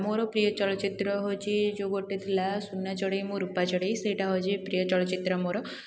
ମୋର ପ୍ରିୟ ଚଳଚ୍ଚିତ୍ର ହେଉଛି ଯେଉଁ ଗୋଟେ ଥିଲା ସୁନା ଚଢ଼େଇ ମୋ ରୂପା ଚଢ଼େଇ ସେଇଟା ହେଉଛି ପ୍ରିୟ ଚଳଚ୍ଚିତ୍ର ମୋର